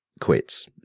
quits